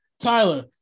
Tyler